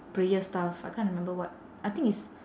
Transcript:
prayer stuff I can't remember what I think it's